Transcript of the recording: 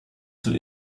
zur